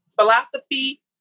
philosophy